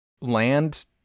land